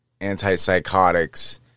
antipsychotics